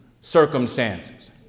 circumstances